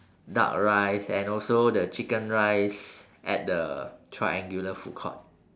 duck rice and also the chicken rice at the triangular food court